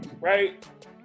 right